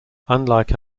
unlike